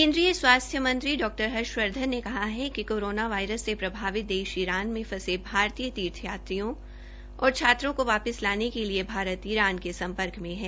केन्द्रीय स्वास्थ्य मंत्री डॉ हर्षवर्धन ने कहा है कि कोरोना वायरस से प्रभावित देश ईरान में फंसे भारतीय तीर्थ यात्रियों और छात्रों को वापिस लाने के लिए भारत ईरान के सम्पर्क है